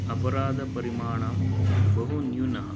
अपराधपरिमाणं बहु न्यूनः